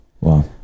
wow